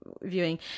viewing